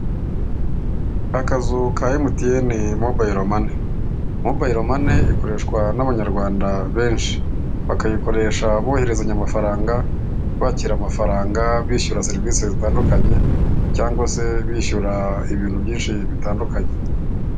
akazu ka emutiyene mobayiro mani, mobayiro mani money ikoreshwa n'abanyarwanda benshi bakayikoresha abohererezanya amafaranga, bakira amafaranga, bishyura serivisi zitandukanye cyangwa se bishyura ibintu byinshi bitandukanye.